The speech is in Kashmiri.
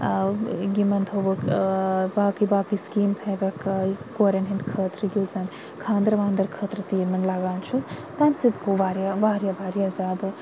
یِمَن تھووُکھ باقٕے باقٕے سِکیٖم تھاویکھ کوریٚن ہٕنٛد خٲطرٕ یُس زَن خانٛدرٕ وانٛدرٕ خٲطرٕ تہِ یِمَن لَگان چھُ تمہِ سۭتۍ گوٚو واریاہ واریاہ واریاہ زیادٕ